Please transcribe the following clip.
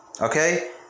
Okay